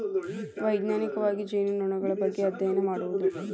ವೈಜ್ಞಾನಿಕವಾಗಿ ಜೇನುನೊಣಗಳ ಬಗ್ಗೆ ಅದ್ಯಯನ ಮಾಡುದು